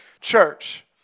church